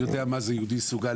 יודע מה זה יהודי סוג ',